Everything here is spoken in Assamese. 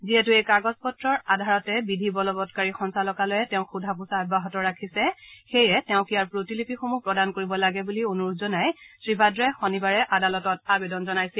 যিহেতূ এই কাগজ পত্ৰৰ আধাৰতে বিধি বলৱৎকাৰী সঞ্চালকালয়ে তেওঁক সোধা পোছা অব্যাহত ৰাখিছে সেয়ে তেওঁক ইয়াৰ প্ৰতিলিপিসমূহ প্ৰদান কৰিব লাগে বুলি অনূৰোধ জনাই শ্ৰী ভাদ্ৰাই শনিবাৰে আদালতত আবেদন জনাইছিল